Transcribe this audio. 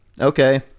Okay